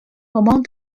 among